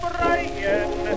Brian